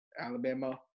Alabama